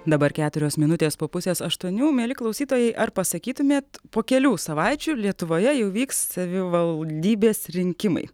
dabar keturios minutės po pusės aštuonių mieli klausytojai ar pasakytumėt po kelių savaičių lietuvoje jau vyks savivaldybės rinkimai